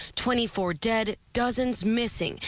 twenty four dead, dozens missing.